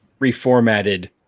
reformatted